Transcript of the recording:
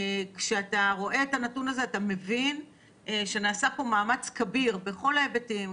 כשאתה רואה את הנתון הזה אתה מבין שנעשה פה מאמץ כביר בכל ההיבטים,